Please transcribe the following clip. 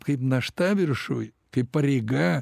kaip našta viršuj kaip pareiga